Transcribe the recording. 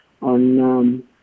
on